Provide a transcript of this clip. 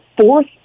fourth